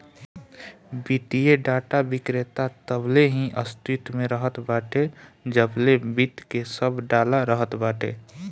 वित्तीय डाटा विक्रेता तबले ही अस्तित्व में रहत बाटे जबले वित्त के सब डाला रहत बाटे